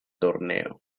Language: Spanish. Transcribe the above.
torneo